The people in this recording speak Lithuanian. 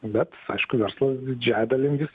bet aišku verslas didžiąja dalim jis